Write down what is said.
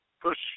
Push